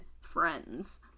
friends